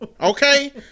okay